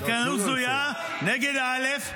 קואליציה שנגד המדינה.